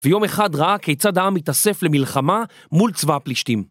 ויום אחד ראה כיצד העם מתאסף למלחמה מול צבא הפלישתים.